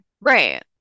right